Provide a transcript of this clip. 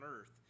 earth